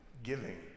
Giving